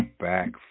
back